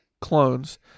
clones